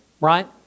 right